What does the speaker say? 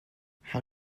how